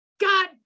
God